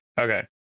Okay